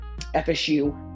FSU